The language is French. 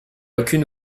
aucune